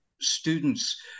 students